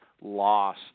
loss